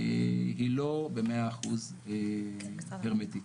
היא לא ב-100% הרמטית.